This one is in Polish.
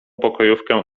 pokojówkę